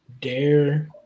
dare